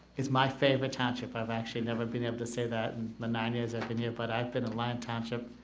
is my favorite township, i've actually never been able to say that the nine years i've been here but i've been in lyon township,